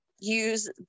use